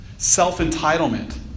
self-entitlement